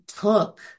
took